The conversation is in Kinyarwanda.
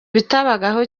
bitabagaho